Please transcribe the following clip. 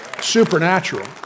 Supernatural